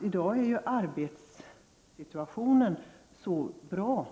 I dag är ju arbetssituationen så bra